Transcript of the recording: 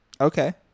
Okay